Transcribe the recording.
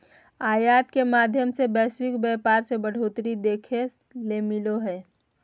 आयात के माध्यम से वैश्विक व्यापार मे बढ़ोतरी देखे ले मिलो हय